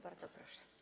Bardzo proszę.